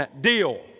deal